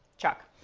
chuck?